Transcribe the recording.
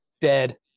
dead